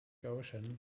ocean